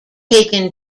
taken